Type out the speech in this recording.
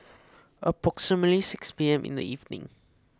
approximately six P M in the evening